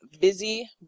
busy